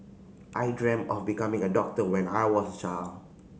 I dreamt of becoming a doctor when I was a child